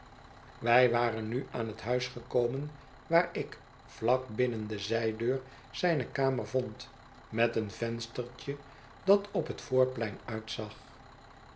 wij waren nu aan het huis gekomen waar ik vlak binnen de zijdeur zijne kamer vond met een venstertje dat op het voorplein uitzag